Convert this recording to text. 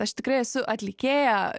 aš tikrai esu atlikėja